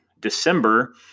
December